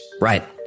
right